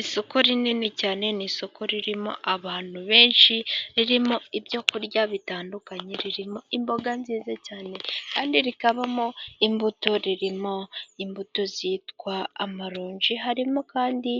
Isoko rinini cyane n'isoko ririmo abantu benshi, ririmo ibyo kurya bitandukanye, ririmo imboga nziza cyane kandi rikabamo imbuto, ririmo imbuto zitwa amaronji harimo kandi